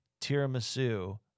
Tiramisu